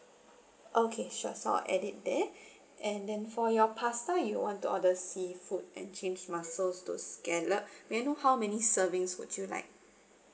okay sure so I add it there and then for your pasta you want to order seafood and change mussels to scallop may I know how many servings would you like